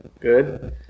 good